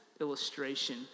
illustration